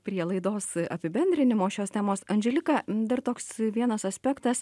prie laidos apibendrinimo šios temos andželika dar toks vienas aspektas